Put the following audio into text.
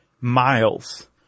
miles